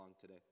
today